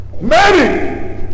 Mary